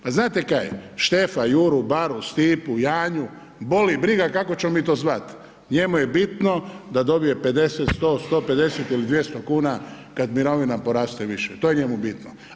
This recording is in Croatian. Ma znate kaj, Štefa, Juru, Stipu, Baru, Janju boli briga kako ćemo mi to zvati, njemu je bitno da dobije 50, 100, 150 ili 200 kuna kada mirovina poraste više, to je njemu bitno.